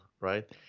right